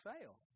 fail